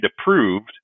approved